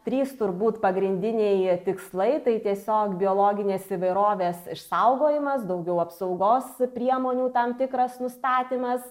trys turbūt pagrindiniai tikslai tai tiesiog biologinės įvairovės išsaugojimas daugiau apsaugos priemonių tam tikras nustatymas